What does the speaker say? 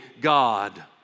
God